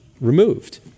removed